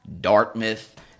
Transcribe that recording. Dartmouth